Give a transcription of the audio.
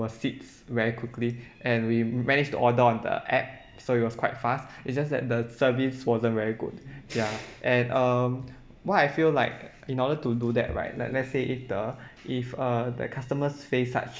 seats very quickly and we manage to order on the app so it was quite fast is just that the service wasn't very good ya and um what I feel like in order to do that right like let's say if the if uh the customers face such